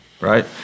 right